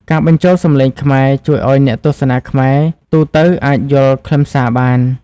ការបញ្ចូលសំឡេងខ្មែរជួយឱ្យអ្នកទស្សនាខ្មែរទូទៅអាចយល់ខ្លឹមសារបាន។